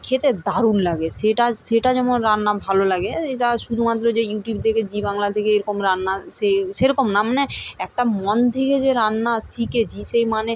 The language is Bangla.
খেতে দারুণ লাগে সেটা সেটা যেমন রান্না ভালো লাগে এটা শুধুমাত্র যে ইউটিউব থেকে জি বাংলা থেকে এরকম রান্না সে সেরকম না মানে একটা মন থেকে যে রান্না শিখেছি সেই মানে